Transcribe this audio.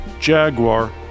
Jaguar